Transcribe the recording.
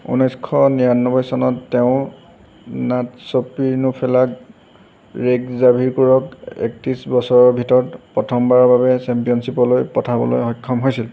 ঊনৈছশ নিৰানব্বৈ চনত তেওঁ নাটচপিৰনুফেলাগ ৰেইক জাভিকুৰক একত্ৰিছ বছৰৰ ভিতৰত প্ৰথমবাৰৰ বাবে চেম্পিয়নশ্বিপলৈ পঠাবলৈ সক্ষম হৈছিল